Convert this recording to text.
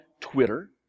Twitter